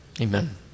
Amen